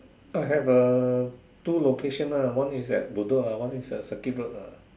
I have a two location ah one is at Bedok lah one is at Circuit road lah